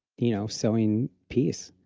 you know, sowing peace.